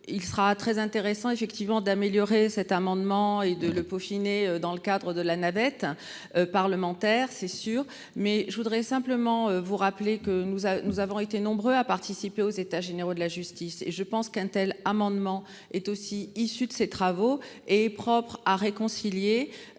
Il sera très intéressant effectivement d'améliorer cet amendement et de le peaufiner, dans le cadre de la navette parlementaire c'est sûr mais je voudrais simplement vous rappeler que nous, nous avons été nombreux à participer aux états généraux de la justice et je pense qu'un tel amendement est aussi issu de ces travaux est propre à réconcilier.